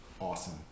awesome